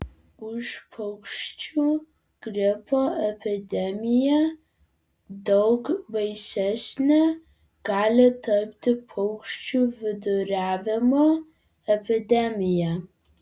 už paukščių gripo epidemiją daug baisesne gali tapti paukščių viduriavimo epidemija